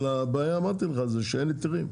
אבל אמרתי לך, הבעיה היא שאין היתרים.